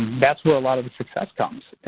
that's where a lot of the success comes.